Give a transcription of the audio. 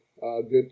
good